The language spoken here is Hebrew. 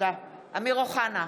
אמיר אוחנה,